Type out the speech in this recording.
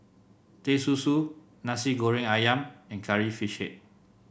Teh Susu Nasi Goreng ayam and Curry Fish Head